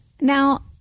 Now